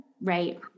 right